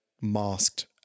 masked